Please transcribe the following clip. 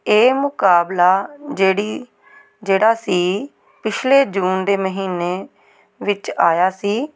ਇਹ ਮੁਕਾਬਲਾ ਜਿਹੜੀ ਜਿਹੜਾ ਸੀ ਪਿਛਲੇ ਜੂਨ ਦੇ ਮਹੀਨੇ ਵਿੱਚ ਆਇਆ ਸੀ